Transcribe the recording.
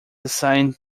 assigned